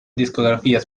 discográficas